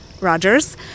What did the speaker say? Rogers